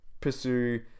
pursue